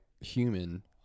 human